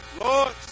Lord